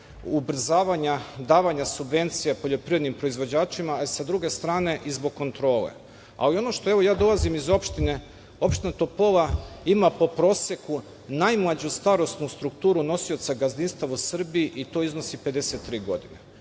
ubrzavanja davanja subvencija poljoprivrednim proizvođačima, sa druge strane i zbog kontrole. Evo, ja dolazim iz opštine Topola. Opština Topola ima po proseku najmlađu starosnu strukturu nosioca gazdinstava u Srbiji i to iznosi 53 godine.